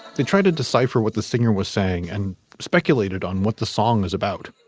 they tried to decipher what the singer was saying and speculated on what the song is about.